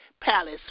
palace